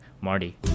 Marty